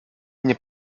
nie